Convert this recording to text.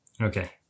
Okay